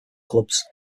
clubs